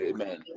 Amen